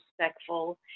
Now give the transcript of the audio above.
respectful